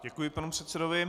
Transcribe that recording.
Děkuji panu předsedovi.